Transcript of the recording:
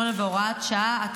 28 והוראת שעה),